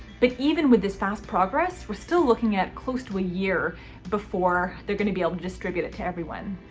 but even with this fast progress, we're still looking at close to a year before they're gonna be able to distribute it to everyone.